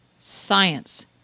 Science